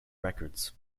records